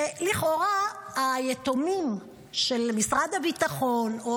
שלכאורה היתומים של משרד הביטחון או